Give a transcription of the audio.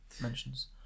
mentions